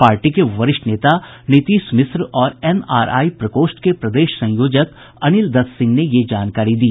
party के वरिष्ठ नेता नीतीश मिश्र और एनआरआई प्रकोष्ठ के प्रदेश संयोजक अनिल दत्त सिंह ने यह जानकारी दी